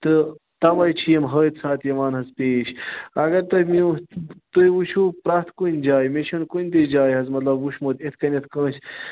تہٕ تَوے چھِ یِم حٲدسات یِوان حظ پیٖش اگر تۄہہِ میون تُہۍ وٕچھو پرٛٮ۪تھ کُنہِ جایہِ مےٚ چھُنہٕ کُنہِ تہِ جایہِ حظ مطلب وٕچھمُت اِتھ کٔنٮ۪تھ کٲنسہِ